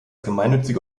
gemeinnützige